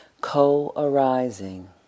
Co-arising